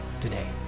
today